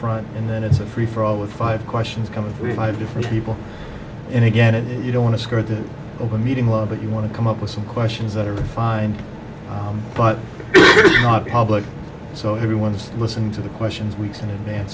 front and then it's a free for all with five questions coming through five different people and again and you don't want to skirt the open meeting law but you want to come up with some questions that are fine but not public so everyone's listening to the questions weeks in advance